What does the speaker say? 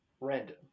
random